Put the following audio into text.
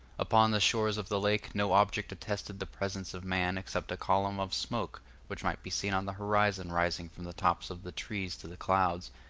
upon the shores of the lake no object attested the presence of man except a column of smoke which might be seen on the horizon rising from the tops of the trees to the clouds,